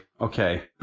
okay